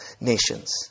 nations